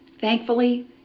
Thankfully